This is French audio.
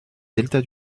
delta